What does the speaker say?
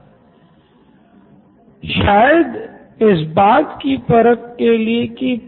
professor तो अगर छात्र क्लास मॉनिटर या क्लास लीडर है तो उस पर और भी जिम्मेदारियाँ होंगी